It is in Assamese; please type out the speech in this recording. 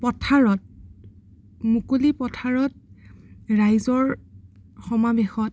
পথাৰত মুকলি পথাৰত ৰাইজৰ সমাৱেশত